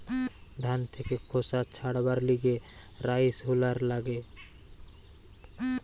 ধান থেকে খোসা ছাড়াবার লিগে রাইস হুলার লাগে